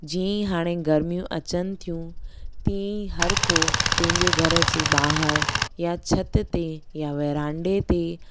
जीअं ई हाणे गर्मियूं अचनि थियूं तीअं ई हर को पंहिंजे घर जे ॿाहिरि या छत ते या वरांडे ते